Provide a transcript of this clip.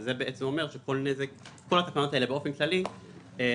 שזה בעצם אומר שכל התקנות האלה באופן כללי חלות